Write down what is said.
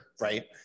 right